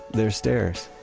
they're stairs.